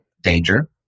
danger